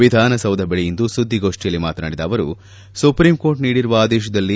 ವಿಧಾನಸೌಧ ಬಳಿ ಇಂದು ಸುದ್ದಿಗೋಷ್ಠಿಯಲ್ಲಿ ಮಾತನಾಡಿದ ಅವರು ಸುಪ್ರೀಂಕೋರ್ಟ್ ನೀಡಿರುವ ಆದೇಶದಲ್ಲಿ